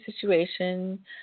situation